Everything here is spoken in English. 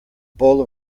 bowl